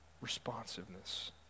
responsiveness